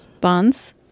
Bonds